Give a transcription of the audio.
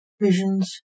visions